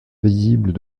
visibles